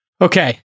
Okay